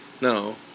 No